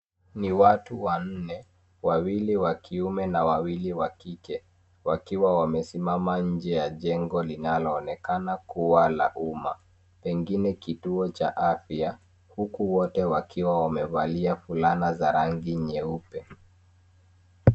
Ni watu wanne wawili wa kiume na wawili wa kike wakiwa wamesimama nje ya jengo linaloonekana kuwa la uma. Pengine kituo cha afya huku wote wakiwa wamevalia fulana za rangi nyeupe.